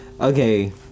Okay